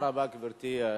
תודה רבה, גברתי.